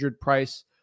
price